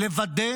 היא לוודא